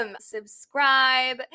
subscribe